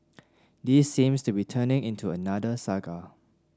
this seems to be turning into another saga